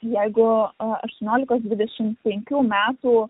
jeigu aštuoniolikos dvidešim penkių metų